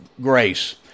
grace